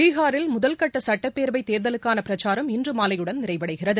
பீகாரில் முதற்கட்ட சுட்டப்பேரவைத் தேர்தலுக்கான பிரச்சாரம் இன்று மாலையுடன் நிறைவடைகிறது